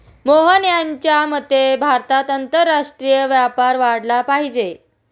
मोहन यांच्या मते भारतात आंतरराष्ट्रीय व्यापार वाढला पाहिजे